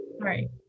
right